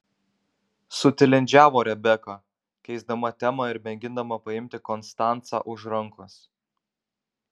sutilindžiavo rebeka keisdama temą ir mėgindama paimti konstancą už rankos